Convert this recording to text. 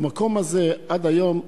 במקום הזה, עד היום,